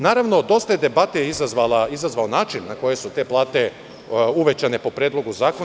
Naravno, dosta je debate izazvao način na koji su te plate uvećane po predlogu zakona.